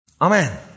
Amen